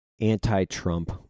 anti-Trump